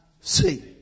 see